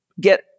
get